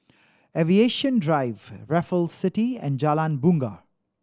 Aviation Drive Raffle City and Jalan Bungar